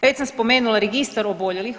Već sam spomenula registar oboljelih.